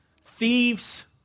thieves